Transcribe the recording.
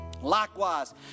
Likewise